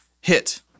hit